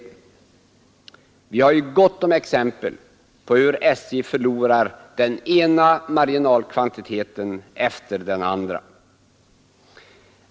Vi har ju gott om exempel på hur SJ förlorar den ena marginalkvantiteten efter den andra.